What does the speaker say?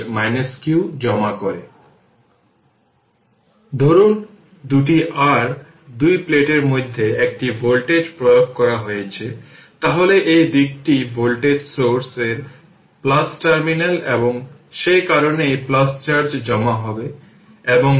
কিন্তু v 0 0 সমস্যায় এটি একটি 2 মাইক্রোফ্যারাড ক্যাপাসিটরের মাধ্যমে কারেন্ট দেওয়া হয় এটি ধরে নেওয়া হয় যে ক্যাপাসিটর জুড়ে ভোল্টেজ নির্ধারণ করে ভোল্টেজ হল 0 যা ইনিশিয়াল ক্যাপাসিটরের ভোল্টেজ হল 0 যা v 0 0